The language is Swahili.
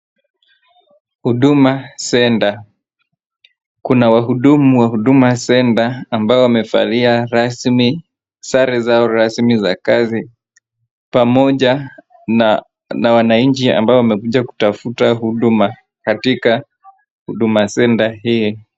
Huduma Centre, kuna wahudumu wa Huduma Centre ambao wamevalia rasmi sare zao rasmi za kazi pamoja na wananchi ambao wamekuja kutafuta huduma katika Huduma Centre hii.